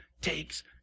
takes